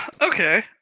Okay